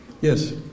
Yes